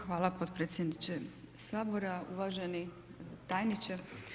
Hvala potpredsjedniče Sabora, uvaženi tajniče.